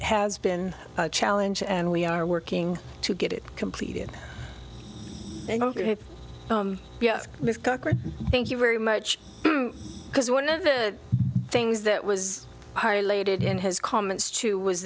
has been a challenge and we are working to get it completed and yes thank you very much because one of the things that was highlighted in his comments to was